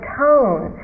tone